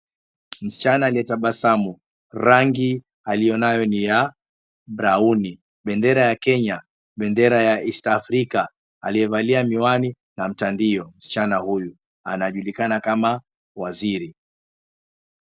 Msichana aliyetabasamu. Rangi aliyonayo ni ya brauni, bendera ya Kenya, bendera ya East Africa, aliyevalia miwani na mtandio. Msichana huyu anajulikana kama waziri.